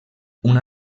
una